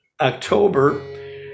October